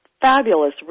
fabulous